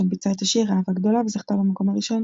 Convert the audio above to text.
שם ביצעה את השיר "אהבה גדולה" וזכתה במקום הראשון.